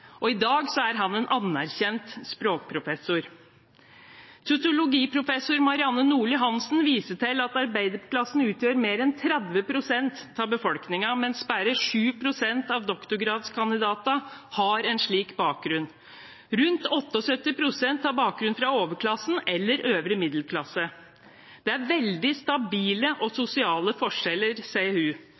I dag er han en anerkjent språkprofessor. Sosiologiprofessor Marianne Nordli Hansen viser til at arbeiderklassen utgjør mer enn 30 pst. av befolkningen, mens bare 7 pst. av doktorgradskandidatene har en slik bakgrunn. Rundt 78 pst. har bakgrunn fra overklassen eller øvre middelklasse. Hun sier: «Det er veldig stabile og store sosiale forskjeller.